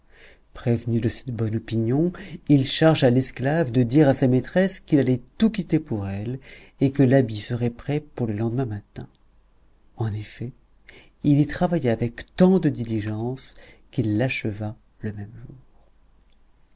prévenu de cette bonne opinion il chargea l'esclave de dire à sa maîtresse qu'il allait tout quitter pour elle et que l'habit serait prêt pour le lendemain matin en effet il y travailla avec tant de diligence qu'il l'acheva le même jour